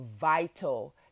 vital